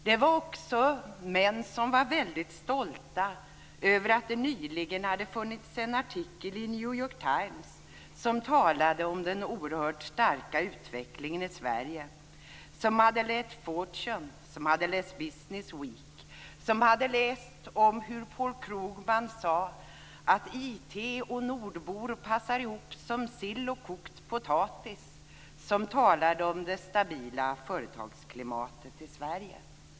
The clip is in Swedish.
Det var också män som var väldigt stolta över att det nyligen hade funnits en artikel i New York Times som talade om den oerhört starka utvecklingen i Sverige, som hade läst Fortune, som hade läst Business Week, som hade läst om hur Paul Krugman sade att IT och nordbor passar ihop som sill och kokt potatis och som talade om det stabila företagsklimatet i Sverige.